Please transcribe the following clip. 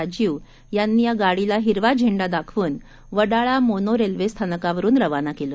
राजीवयांनीयागाडीलाहिरवाझेंडादाखवूनवडाळामोनोरेल्वेस्थानकावरूनरवानाकेलं